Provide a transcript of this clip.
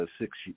six